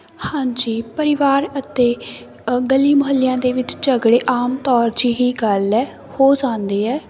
ਹਾਂਜੀ ਪਰਿਵਾਰ ਅਤੇ ਗਲੀ ਮੁਹੱਲਿਆਂ ਦੇ ਵਿੱਚ ਝਗੜੇ ਆਮ ਤੌਰ ਜਿਹੀ ਗੱਲ ਹੈ ਹੋ ਜਾਂਦੀ ਹੈ